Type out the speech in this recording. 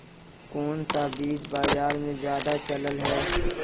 कोन सा बीज बाजार में ज्यादा चलल है?